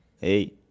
hey